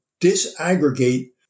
disaggregate